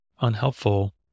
unhelpful